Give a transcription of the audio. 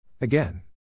Again